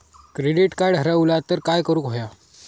Credit card हरवला तर काय करुक होया?